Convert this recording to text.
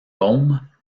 gaume